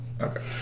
Okay